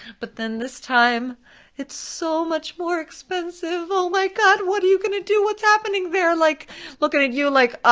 but then this time it's so much more expensive, oh my like god, what are you gonna do, what's happening? they're like looking at you like,